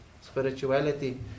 spirituality